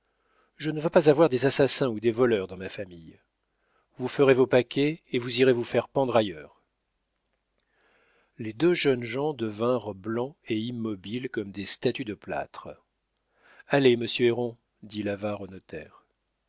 je ne veux pas avoir des assassins ou des voleurs dans ma famille vous ferez vos paquets et vous irez vous faire pendre ailleurs les deux jeunes gens devinrent blancs et immobiles comme des statues de plâtre allez monsieur héron dit l'avare au